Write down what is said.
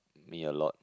me a lot